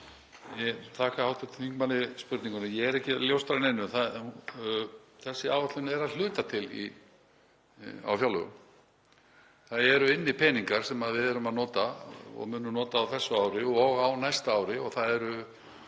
Ég þakka hv. þingmanni spurninguna. Ég er ekki ljóstra upp neinu, þessi áætlun er að hluta til á fjárlögum. Það eru inni peningar sem við erum að nota og munum nota á þessu ári og á næsta ári og það eru